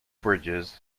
bridges